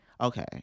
okay